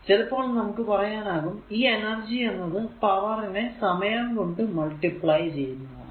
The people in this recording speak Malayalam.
ചിലപ്പോൾ നമുക്ക് പറയാനാകും ഈ എനർജി എന്നത് പവർ നെ സമയം കൊണ്ട് മൾട്ടിപ്ലൈ ചെയ്യുന്നതാണ്